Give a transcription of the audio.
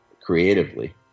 creatively